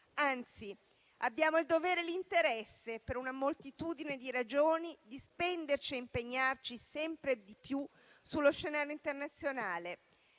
Anzi, abbiamo il dovere e l'interesse, per una moltitudine di ragioni, di spenderci e impegnarci sempre di più sullo scenario internazionale.